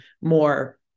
more